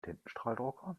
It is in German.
tintenstrahldrucker